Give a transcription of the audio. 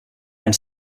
and